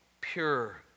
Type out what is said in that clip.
pure